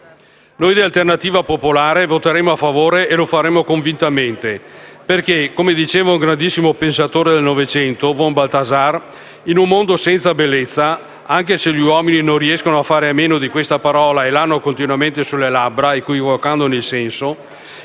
di Alternativa Popolare voterà convintamente a favore, perché, come ha detto un grandissimo pensatore del Novecento, Von Balthasar: «In un mondo senza bellezza - anche se gli uomini non riescono a fare a meno di questa parola e l'hanno continuamente sulle labbra, equivocandone il senso